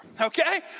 okay